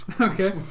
Okay